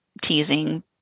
teasing